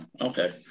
Okay